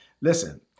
Listen